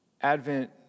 Advent